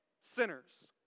sinners